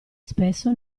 spesso